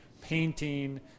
painting